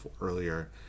earlier